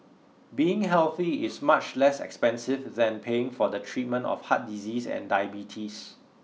being healthy is much less expensive than paying for the treatment of heart disease and diabetes